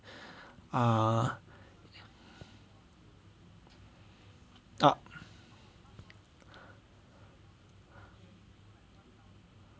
ah